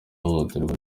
hohoterwa